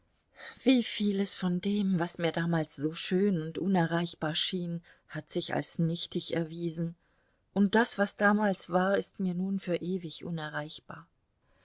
wie vieles von dem was mir damals so schön und unerreichbar schien hat sich als nichtig erwiesen und das was damals war ist mir nun für ewig unerreichbar